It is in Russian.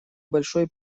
большой